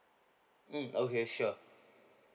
mm okay sure